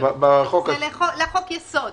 זה לחוק יסוד.